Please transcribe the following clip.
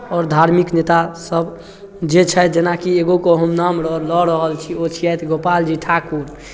आओर धार्मिक नेतासभ जे छथि जेनाकि एगोके हम नाम रऽ लऽ रहल छी ओ छियथि गोपाल जी ठाकुर